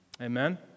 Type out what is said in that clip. Amen